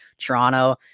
Toronto